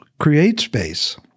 CreateSpace